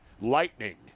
lightning